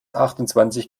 achtundzwanzig